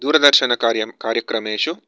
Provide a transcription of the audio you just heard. दूरदर्शनकार्यं कार्यक्रमेषु